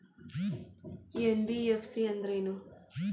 NBFC ಅಂದ್ರೇನು?